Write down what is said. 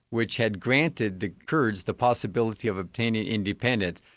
which had granted the kurds the possibility of obtaining independence.